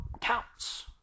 counts